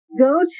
Go